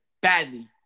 badly